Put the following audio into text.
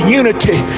unity